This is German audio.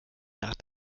nach